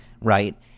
right